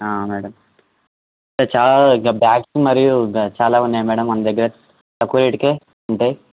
madam అంటే చాలా ఇంకా బ్యాగ్స్ మరియు ఇంకా చాలా ఉన్నాయి మేడం మన దగ్గర తక్కువ రేటుకు ఉంటాయి